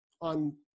on